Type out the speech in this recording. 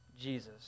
Jesus